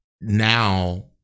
now